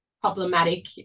problematic